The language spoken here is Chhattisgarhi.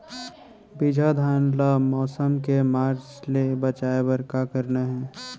बिजहा धान ला मौसम के मार्च ले बचाए बर का करना है?